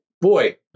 boy